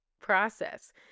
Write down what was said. process